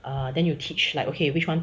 err then you teach like okay which [one]